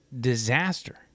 disaster